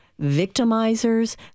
victimizers